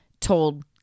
told